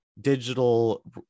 digital